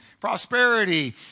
prosperity